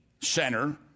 center